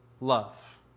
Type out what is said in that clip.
love